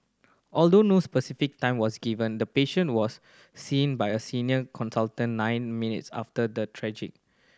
although no specific time was given the patient was seen by a senior consultant nine minutes after the triage